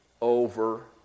over